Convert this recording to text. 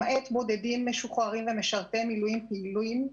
למעט בודדים משוחררים ומשרתי מילואים פעילים,